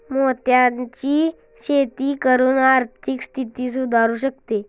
मोत्यांची शेती करून आर्थिक स्थिती सुधारु शकते